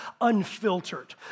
Unfiltered